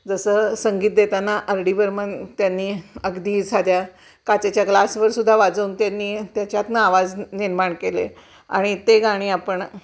जसं संगीत देताना आर डी बर्मन त्यांनी अगदी साध्या काचेच्या ग्लासवरसुद्धा वाजवून त्यांनी त्याच्यातून आवाज निर्माण केले आणि ते गाणी आपण